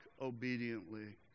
obediently